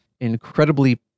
incredibly